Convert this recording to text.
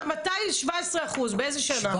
מתי 17% באיזה שנה?